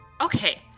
okay